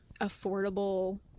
affordable